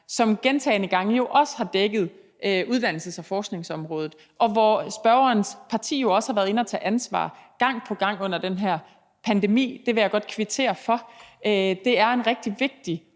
som gentagne gange også har dækket uddannelses- og forskningsområdet. Og spørgerens parti har jo her været inde at tage ansvar gang på gang under den her pandemi. Det vil jeg godt kvittere for. Det er en rigtig vigtig